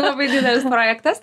labai didelis projektas